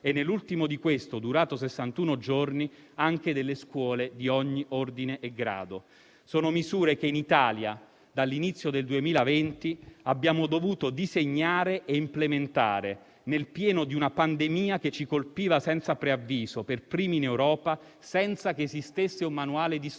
e, nell'ultimo di questi, durato 61 giorni, anche delle scuole di ogni ordine e grado. Sono misure che in Italia, dall'inizio del 2020, abbiamo dovuto disegnare e implementare, nel pieno di una pandemia che ci colpiva senza preavviso, per primi in Europa, senza che esistesse un manuale d'istruzioni.